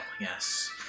yes